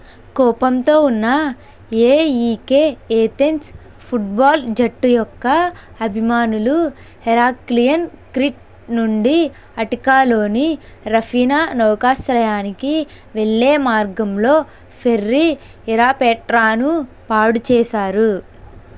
కోపంతో ఉన్న AEK Athens football జట్టు యొక్క అభిమానులు హెరాక్లియన్ క్రిట్ నుండి అటికాలోని రఫీనా నౌకాశ్రయానికి వెళ్ళే మార్గంలో ఫెర్రీ ఇరపెట్రాను పాడు చేశారు